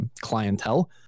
clientele